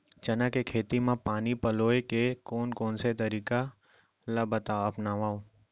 चना के खेती म पानी पलोय के कोन से तरीका ला अपनावव?